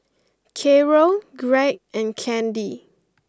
Caro Gregg and Candi